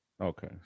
Okay